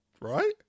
Right